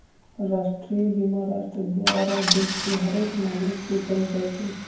राष्ट्रीय बीमा राष्ट्र द्वारा देश के हरेक नागरिक के कएल जाइ छइ